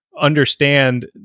understand